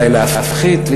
אולי להפחית,